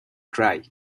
cry